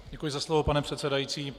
Děkuji za slovo, pane předsedající.